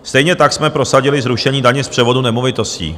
Stejně tak jsme prosadili zrušení daně z převodu nemovitostí.